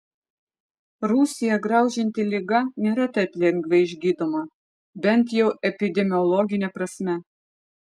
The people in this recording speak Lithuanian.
rusiją graužianti liga nėra taip lengvai išgydoma bent jau epidemiologine prasme